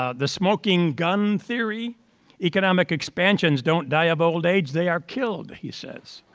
ah the smoking gun theoryo economic expansions don't die of old age, they are killed, he says.